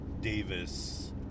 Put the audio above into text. Davis